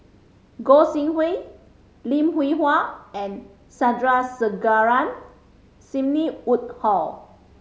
Gog Sing Hooi Lim Hwee Hua and Sandrasegaran Sidney Woodhull